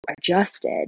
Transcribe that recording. adjusted